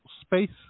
Space